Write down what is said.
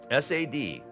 SAD